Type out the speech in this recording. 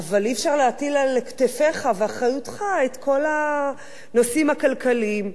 אבל אי-אפשר להטיל על כתפיך ואחריותך את כל הנושאים הכלכליים.